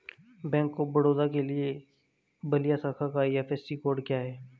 Bank of Baroda के बलिया शाखा का आई.एफ.एस.सी कोड क्या है?